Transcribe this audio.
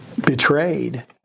betrayed